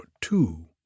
two